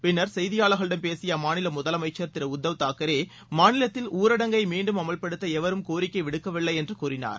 பின்னர் செய்தியாளர்களிடம் பேசிய அம்மாநில முதலமைச்சர் திரு உத்தவ் தாக்கரே மாநிலத்தில் ஊரடங்கை மீண்டும் அமல்படுத்த எவரும் கோரிக்கை விடுக்கவில்லை என்ற கூறினார்